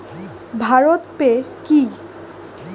ভারত পে কি?